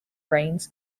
reigns